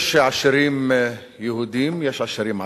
יש עשירים יהודים, יש עשירים ערבים.